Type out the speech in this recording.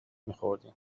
میخوردیم